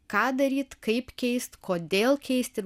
ką daryt kaip keist kodėl keisti